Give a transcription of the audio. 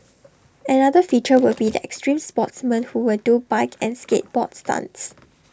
another feature will be the extreme sportsmen who will do bike and skateboard stunts